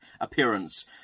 appearance